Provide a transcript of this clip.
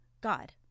God